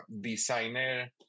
designer